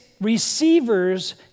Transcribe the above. Receivers